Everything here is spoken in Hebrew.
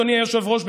אדוני היושב-ראש,